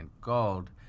gold